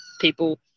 people